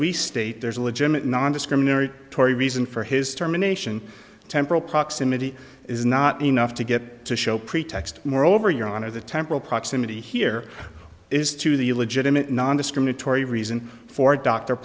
restate there's a legitimate nondiscriminatory reason for his termination temporal proximity is not enough to get to show pretext moreover your honor the temporal proximity here is to the legitimate nondiscriminatory reason for doctor